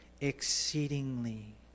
exceedingly